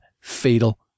fatal